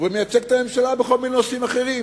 ומייצג את הממשלה בכל מיני נושאים אחרים,